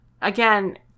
Again